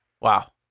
Wow